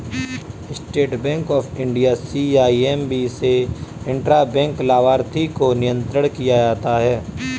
state bank of India CIMB से intra bank लाभार्थी को नियंत्रण किया जाता है